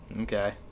Okay